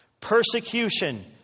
Persecution